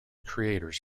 creators